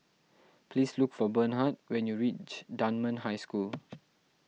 please look for Bernhard when you reach Dunman High School